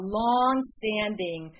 long-standing